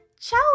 ciao